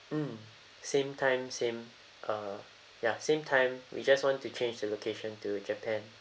mm same time same uh ya same time we just want to change the location to japan